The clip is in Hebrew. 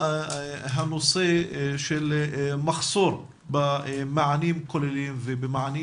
הנושא של מחסור במענים כוללים ובמענים